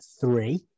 three